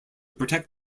protect